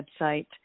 website